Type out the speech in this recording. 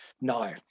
No